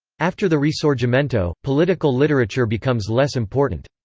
after the risorgimento, political literature becomes less important.